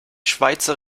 schweizer